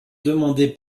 demandez